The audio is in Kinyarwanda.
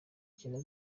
cyenda